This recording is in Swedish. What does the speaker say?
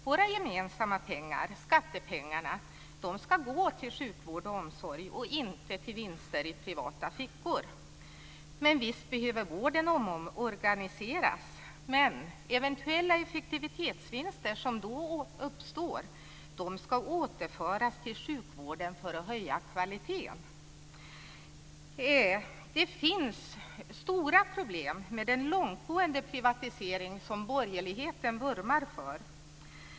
Våra gemensamma pengar, skattepengarna, ska gå till sjukvård och omsorg och inte till vinster i privata fickor. Visst behöver vården omorganiseras, men de eventuella effektivitetsvinster som då uppstår ska återföras till sjukvården för att höja kvaliteten. Det finns stora problem med den långtgående privatisering som borgerligheten vurmar för.